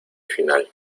final